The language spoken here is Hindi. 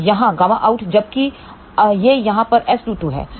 तो यहाँƬOUT जबकि यह यहाँ पर S22 है